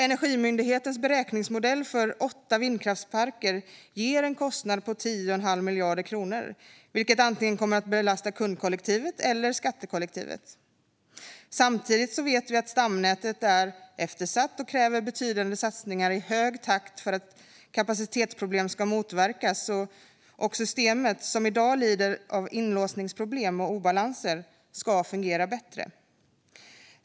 Energimyndighetens beräkningsmodell för åtta vindkraftsparker ger en kostnad på 10,5 miljarder kronor, vilket kommer att belasta antingen kundkollektivet eller skattekollektivet. Samtidigt vet vi att stamnätet är eftersatt och kräver betydande satsningar i hög takt för att kapacitetsproblem ska motverkas och systemet, som i dag lider av inlåsningsproblem och obalanser, ska fungera bättre.